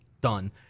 done